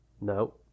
No